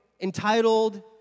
entitled